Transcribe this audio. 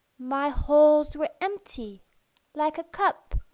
my holes were empty like a cup.